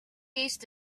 east